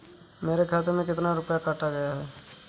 मेरे खाते से कितना रुपया काटा गया है?